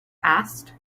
asked